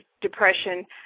depression